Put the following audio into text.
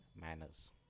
manners